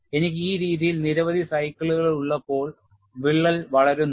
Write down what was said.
എനിക്ക് ഈ രീതിയിൽ നിരവധി സൈക്കിളുകൾ ഉള്ളപ്പോൾ വിള്ളൽ വളരുന്നു